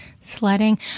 sledding